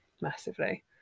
massively